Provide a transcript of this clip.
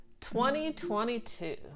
2022